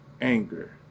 Anger